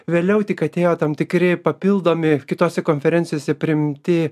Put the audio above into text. vėliau tik atėjo tam tikri papildomi kitose konferencijose priimti